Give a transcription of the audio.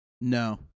No